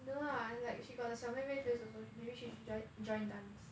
no lah like she got the 小妹妹 feels also maybe she should jo~ join dance